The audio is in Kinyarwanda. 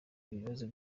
ibibazo